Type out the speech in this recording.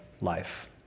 life